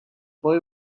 boy